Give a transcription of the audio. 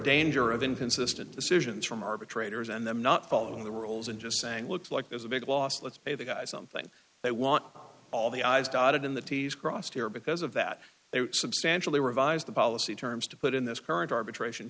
danger of inconsistent decisions from arbitrators and i'm not following the rules and just saying looks like there's a big loss let's pay the guys something they want all the i's dotted in the t s crossed here because of that they substantially revised the policy terms to put in this current arbitration